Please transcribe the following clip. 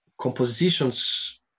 compositions